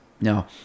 no